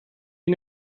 you